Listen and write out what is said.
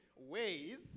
ways